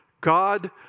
God